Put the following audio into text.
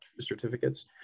certificates